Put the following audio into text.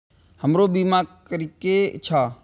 हमरो बीमा करीके छः?